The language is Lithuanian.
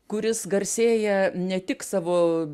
kuris garsėja ne tik savo